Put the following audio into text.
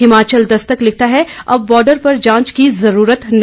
हिमाचल दस्तक लिखता है अब बार्डर पर जांच की जरूरत नहीं